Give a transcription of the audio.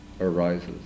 arises